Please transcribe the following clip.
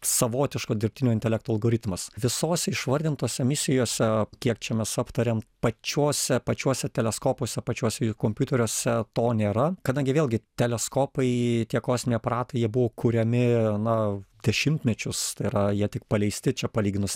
savotiško dirbtinio intelekto algoritmas visose išvardintose misijose kiek čia mes aptarėm pačiose pačiuose teleskopuose pačiuose kompiuteriuose to nėra kadangi vėlgi teleskopai tie kosminiai aparatai jie buvo kuriami na dešimtmečius tai yra jie tik paleisti čia palyginus